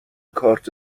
کارت